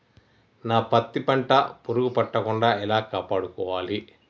నా పత్తి పంట పురుగు పట్టకుండా ఎలా కాపాడుకోవాలి?